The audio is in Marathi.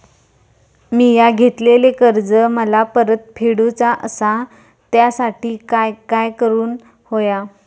मिया घेतलेले कर्ज मला परत फेडूचा असा त्यासाठी काय काय करून होया?